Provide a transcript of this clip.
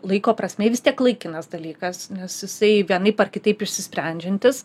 laiko prasme ji vis tiek laikinas dalykas nes jisai vienaip ar kitaip išsisprendžiantis